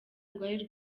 rwari